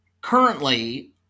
currently